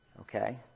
Okay